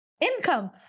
income